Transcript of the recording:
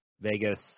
Vegas